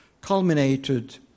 culminated